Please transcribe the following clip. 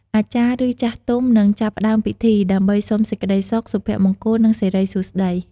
អាចារ្យ ឬចាស់ទុំនឹងចាប់ផ្តើមពិធី ដើម្បីសុំសេចក្តីសុខ សុភមង្គល និងសិរីសួស្តី។